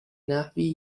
نحوی